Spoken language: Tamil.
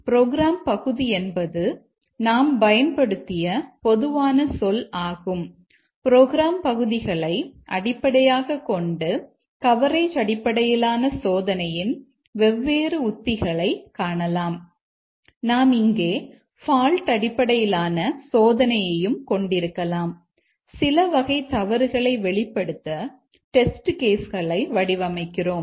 எனவே ப்ரோக்ராம் பகுதி என்பது நாம் பயன்படுத்திய பொதுவான சொல் ஆகும் ப்ரோக்ராம் பகுதிகளை அடிப்படையாகக் கொண்டு கவரேஜ் அடிப்படையிலான சோதனையின் வெவ்வேறு உத்திகளைக் காணலாம்